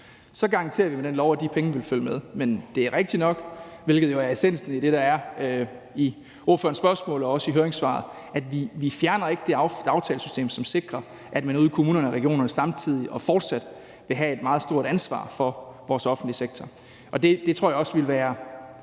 Det garanterer vi med den lov. Men det er rigtigt nok, hvilket jo er essensen af ordførerens spørgsmål og også høringssvaret, at vi ikke fjerner det aftalesystem, som sikrer, at man ude i kommuner og regioner samtidig og fortsat vil have et meget stort ansvar for vores offentlige sektor. Og jeg tror også,